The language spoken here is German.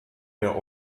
der